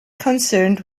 concerned